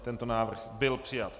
Tento návrh byl přijat.